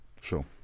Sure